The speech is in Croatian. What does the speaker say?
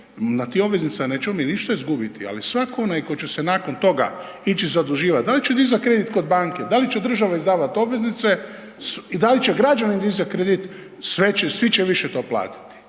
na tim obveznicama nećemo mi ništa izgubiti, ali svatko onaj koji će se nakon toga ići zaduživati, da li će dizati kredit kod banke, da li će država izdavati obveznice i da li će građani dizati kredit, sve će, svi će više to platiti.